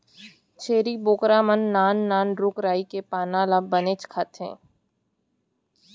छेरी बोकरा मन नान नान रूख राई के पाना ल बनेच खाथें